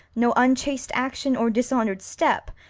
no unchaste action or dishonoured step,